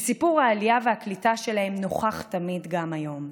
סיפור העלייה והקליטה שלהם נוכח תמיד, גם היום.